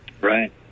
Right